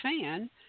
fan